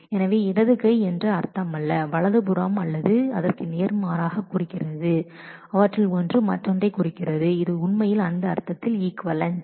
எனவே இடது கை என்று அர்த்தமல்ல வலது புறம் அல்லது அதற்கு நேர்மாறாக குறிக்கிறது அவற்றில் ஒன்று மற்றொன்றைக் குறிக்கிறது அவை உண்மையில் அந்த அர்த்தத்தில் ஈக்விவலெண்ட்